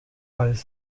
als